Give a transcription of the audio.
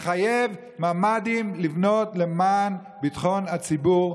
לחייב לבנות ממ"דים למען ביטחון הציבור,